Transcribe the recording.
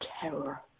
terror